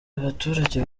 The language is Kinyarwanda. abaturage